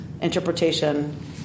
interpretation